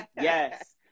Yes